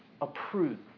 Approved